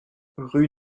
rue